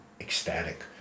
ecstatic